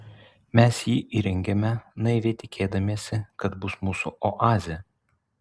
mes jį įrengėme naiviai tikėdamiesi kad bus mūsų oazė